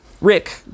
Rick